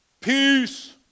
peace